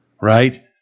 right